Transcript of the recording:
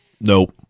nope